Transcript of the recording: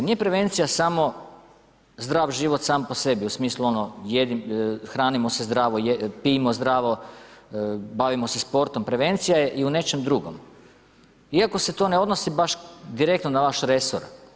Nije prevencija samo zdrav život sam po sebi, u smislu ono, hranimo se zajedno, pijmo zdravo, bavimo se sportom, prevencija je i u nečem drugom, iako se to ne odnosi baš direktno na vaš resor.